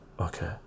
okay